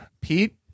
Pete